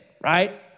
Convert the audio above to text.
right